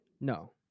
No